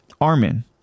Armin